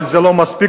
אבל זה לא מספיק.